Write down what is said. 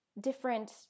different